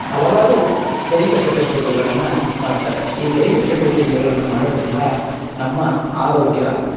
ಹಲವಾರು ದೈಹಿಕ ಚಟುವಟಿಕೆಗಳನ್ನು ಮಾಡ್ತಾರೆ ಈ ದೈಹಿಕ ಚಟುವಟಿಕೆಗಳನ್ನು ಮಾಡೋದ್ರಿಂದ ನಮ್ಮ ಆರೋಗ್ಯ